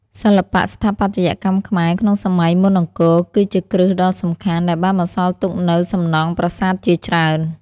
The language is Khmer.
សិល្បៈស្ថាបត្យកម្មខ្មែរក្នុងសម័យមុនអង្គរ គឺជាគ្រឹះដ៏សំខាន់ដែលបានបន្សល់ទុកនូវសំណង់ប្រាសាទជាច្រើន។